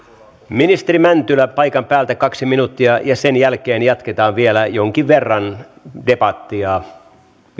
ministeri mäntylä paikan päältä kaksi minuuttia ja sen jälkeen jatketaan vielä jonkin verran debattia